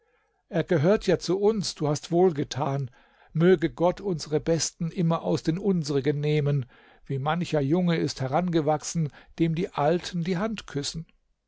er gehört ja zu uns du hast wohlgetan möge gott unsere besten immer aus den unsrigen nehmen wie mancher junge ist herangewachsen dem die alten die hand küssen